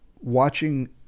watching